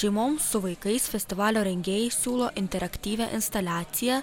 šeimoms su vaikais festivalio rengėjai siūlo interaktyvią instaliaciją